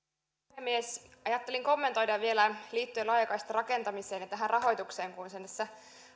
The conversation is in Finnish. puhemies ajattelin kommentoida vielä liittyen laajakaistarakentamiseen ja tähän rahoitukseen kun se näissä